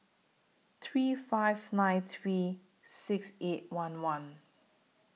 three five nine three six eight one one